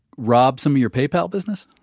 rob some of your paypal business?